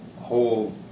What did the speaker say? whole